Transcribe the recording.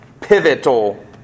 Pivotal